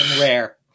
rare